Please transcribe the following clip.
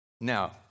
Now